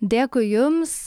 dėkui jums